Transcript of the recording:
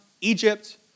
Egypt